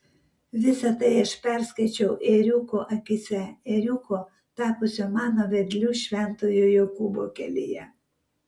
visa tai aš perskaičiau ėriuko akyse ėriuko tapusio mano vedliu šventojo jokūbo kelyje